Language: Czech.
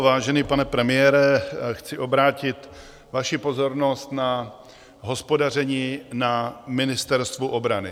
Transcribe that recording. Vážený pane premiére, chci obrátit vaši pozornost na hospodaření na Ministerstvu obrany.